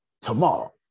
tomorrow